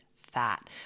fat